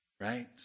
right